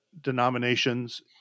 denominations